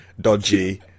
dodgy